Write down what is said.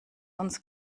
uns